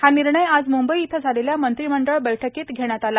हा निर्णय आज मुंबई इथं झालेल्या मंत्रिमंडळ बैठकीत घेण्यात आला